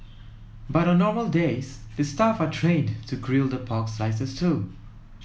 but on normal days the staff are trained to grill the pork slices too